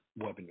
webinar